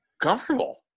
comfortable